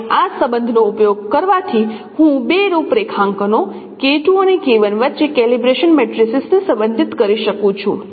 અને આ સંબંધનો ઉપયોગ કરવાથી હું બે રૂપરેખાંકનો અને વચ્ચે કેલિબ્રેશન મેટ્રિસીસને સંબંધિત કરી શકું છું